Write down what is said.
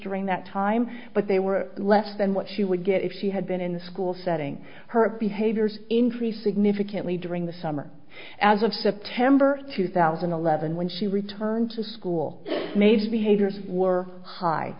during that time but they were less than what she would get if she had been in the school setting her behaviors increased significantly during the summer as of september two thousand and eleven when she returned to school